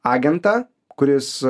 agentą kuris